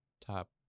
top